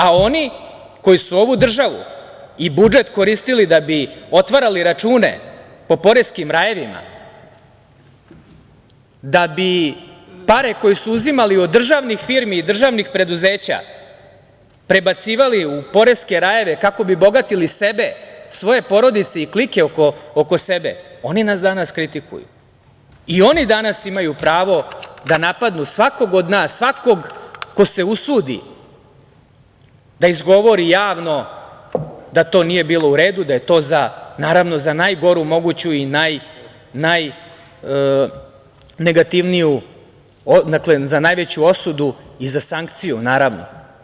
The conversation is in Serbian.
A oni koji su ovu državu i budžet koristili da bi otvarali račune po poreskim rajevima da bi pare koje su uzimali od državnih firmi i državnih preduzeća prebacivali u poreske rajeve kako bi bogatili sebe, svoje porodice i klike oko sebe, oni nas danas kritikuju i oni danas imaju pravo da napadnu svakog od nas, svakog ko se usudi da izgovori javno da to nije bilo u redu, da je to za najgoru moguću i najnegativniju, dakle, za najveću osudu i za sankciju, naravno.